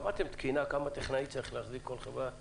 קבעתם תקינה כמה טכנאים צריכה להחזיק כל חברה מחוברים?